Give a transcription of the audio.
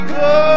go